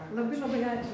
labai labai ačiū